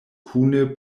kune